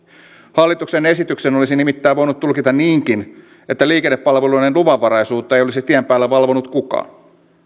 hallituksen esityksen olisi nimittäin voinut tulkita niinkin että liikennepalveluiden luvanvaraisuutta ei olisi tien päällä valvonut kukaan